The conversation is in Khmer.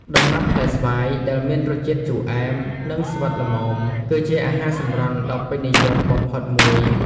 ដំណាប់ផ្លែស្វាយដែលមានរសជាតិជូរអែម និងស្វិតល្មម គឺជាអាហារសម្រន់ដ៏ពេញនិយមបំផុតមួយ។